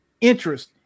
interest